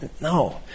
no